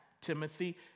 Timothy